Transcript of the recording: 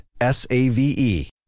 S-A-V-E